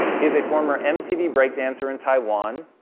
he's a former mtv break dancer in taiwan,